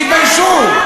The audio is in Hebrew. תתביישו.